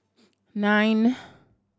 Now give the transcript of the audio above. nine